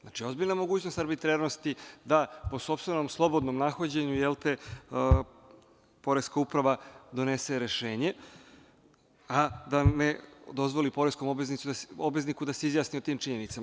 Znači, ozbiljna mogućnost arbitrarnosti da, po sopstvenom, slobodnom nahođenju, poreska uprava donese rešenje, a da ne dozvoli poreskom obvezniku da se izjasni o tim činjenicama.